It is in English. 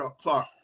Clark